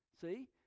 see